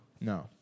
No